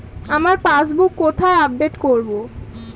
আমার পাসবুক কোথায় আপডেট করব?